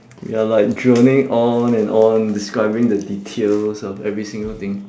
you're like droning on and on describing the details of every single thing